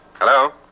Hello